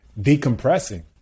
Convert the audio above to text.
decompressing